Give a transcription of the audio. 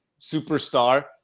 superstar